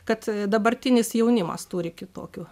kad dabartinis jaunimas turi kitokių